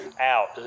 out